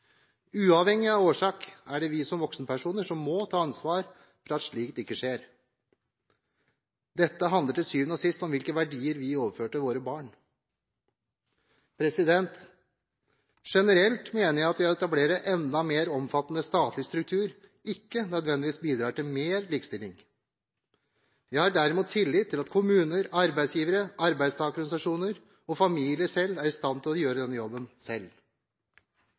Uavhengig av årsak er det vi som voksenpersoner som må ta ansvar for at slikt ikke skjer. Dette handler til syvende og sist om hvilke verdier vi overfører til våre barn. Generelt mener jeg at etablering av enda mer omfattende statlig struktur ikke nødvendigvis bidrar til mer likestilling. Jeg har derimot tillit til at kommuner, arbeidsgivere, arbeidstakerorganisasjoner og familier er i stand til å gjøre denne jobben selv.